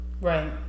Right